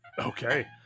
okay